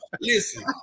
listen